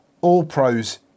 All-Pros